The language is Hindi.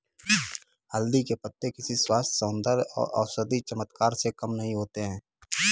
हल्दी के पत्ते किसी स्वास्थ्य, सौंदर्य और औषधीय चमत्कार से कम नहीं होते